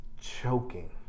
choking